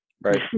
Right